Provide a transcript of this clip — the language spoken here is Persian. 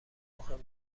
مهم